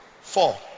four